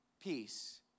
peace